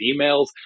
emails